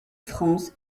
france